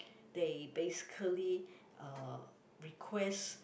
they basically uh request